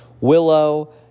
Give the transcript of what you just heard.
Willow